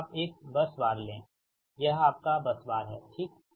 अब आप एक बस बार लें यह आपका बस बार है ठीक